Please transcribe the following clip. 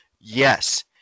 Yes